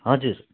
हजुर